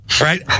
Right